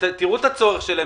ותראו את הצורך שלהם,